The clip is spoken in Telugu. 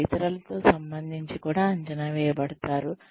మీరు ఇతరులతో సంబంధించి కూడా అంచనా వేయబడతారు